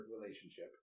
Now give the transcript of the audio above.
relationship